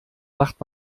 wacht